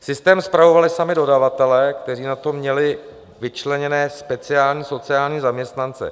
Systém spravovali sami dodavatelé, kteří na to měli vyčleněné speciální sociální zaměstnance.